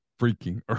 freaking